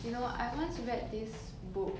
you know I once read this book